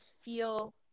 feel